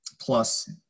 plus